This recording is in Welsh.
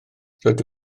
rydw